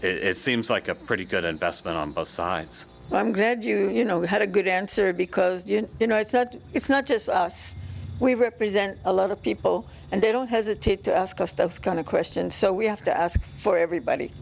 seems like a pretty good investment on both sides and i'm glad you you know had a good answer because you know it's that it's not just us we represent a lot of people and they don't hesitate to ask us those kind of question so we have to ask for everybody